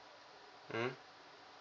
mm